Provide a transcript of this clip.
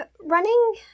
running